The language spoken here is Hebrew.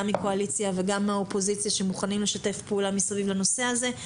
מהקואליציה וגם האופוזיציה שמוכנים לשתף פעולה מסביב לנושא הזה.